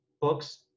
books